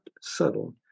subtle